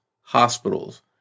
hospitals